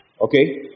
Okay